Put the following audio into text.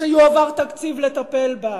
שיועבר תקציב לטפל בה?